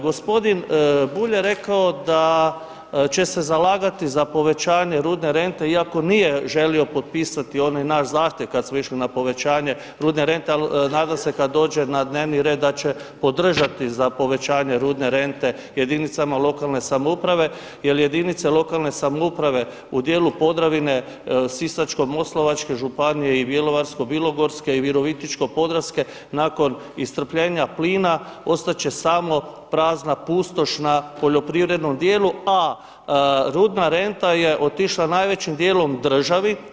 Gospodin Bulj je rekao da će se zalagati za povećanje rudne rente iako nije želio potpisati onaj naš zahtjev kada smo išli na povećanje rudne rente, ali nadam se da kada dođe na dnevni red da će podržati za povećanje rudne rente jedinica lokalne samouprave jer jedinice lokalne samouprave u dijelu Podravine Sisačko-moslavačke županije i Bjelovarko-bilogorske i Virovitičko-podravske nakon iscrpljenja plina ostat će samo prazna pustoš na poljoprivrednom dijelu, a rudna renta je otišla najvećim dijelom državi.